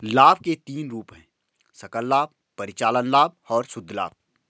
लाभ के तीन रूप हैं सकल लाभ, परिचालन लाभ और शुद्ध लाभ